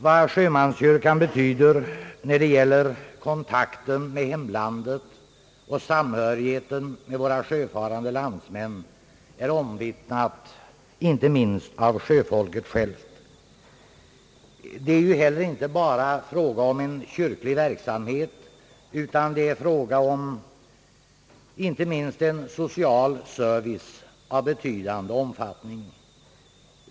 Vad sjömanskyrkan betyder för kontakten med hemlandet och samhörigheten med våra sjöfarande landsmän är omvitinat, inte minst av sjöfolket självt. Det är ju heller inte bara fråga om en kyrklig verksamhet, utan det är också fråga om en social service av betydande omfattning.